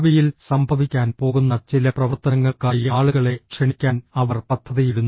ഭാവിയിൽ സംഭവിക്കാൻ പോകുന്ന ചില പ്രവർത്തനങ്ങൾക്കായി ആളുകളെ ക്ഷണിക്കാൻ അവർ പദ്ധതിയിടുന്നു